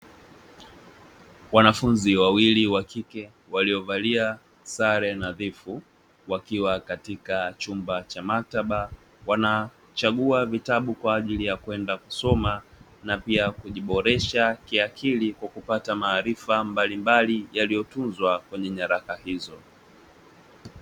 Wanafunzi wawili wa kike waliovalia sare nadhifu wakiwa katika chumba cha maktaba, wanachagua vitabu kwa ajili ya kwenda kusoma na pia kujiboresha kiakili, huku wakipata maarifa mblimbali yaliyotunzwakwenye nyaraka hizo.